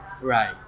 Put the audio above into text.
Right